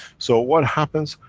so what happens,